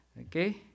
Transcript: okay